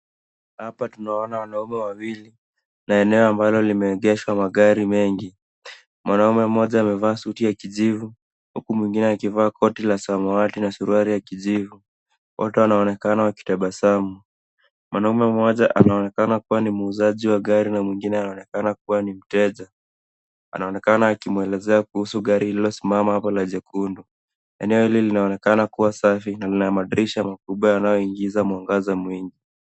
Hapa tunaona wanaume wawili na eneo ambalo limeegeshwa magari mengi. Mwanamume mmoja amevaa suti ya kijivu huku mwingine akivaa koti la samawati na suruali ya kijivu. Wote wanaonekana wakitabasamu. Mwanamume mmoja anaonekana kuwa ni muuzaji wa gari na mwingine anaonekana kuwa ni mteja. Anaonekana akimwelezea kuhusu gari lilosimama hapo la jekundu. Eneo hili linaonekana kuwa safi na lina madirisha makubwa yanayoingiza mwangaza mwingi.